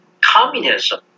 communism